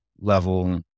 level